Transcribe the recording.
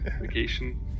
vacation